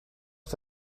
het